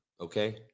okay